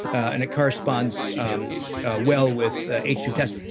and it corresponds um ah well with h two tests.